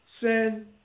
sin